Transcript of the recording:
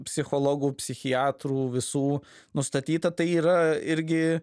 psichologų psichiatrų visų nustatyta tai yra irgi